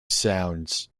sounds